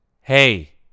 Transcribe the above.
hey